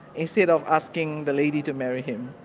instead of asking the lady to marry him,